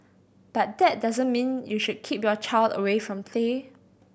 but that doesn't mean you should keep your child away from play